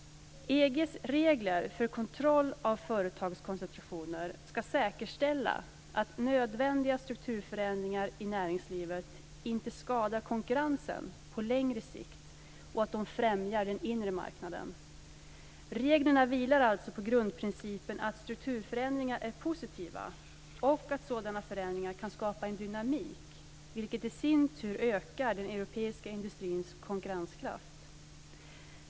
EG:s regler för kontroll av företagskoncentrationer ska säkerställa att nödvändiga strukturförändringar i näringslivet inte skadar konkurrensen på längre sikt och att de främjar den inre marknaden. Reglerna vilar alltså på grundprincipen att strukturförändringar är positiva och att sådana förändringar kan skapa en dynamik, vilket i sin tur ökar den europeiska industrins konkurrenskraft.